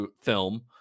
film